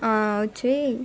వచ్చి